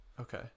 Okay